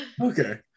Okay